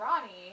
Ronnie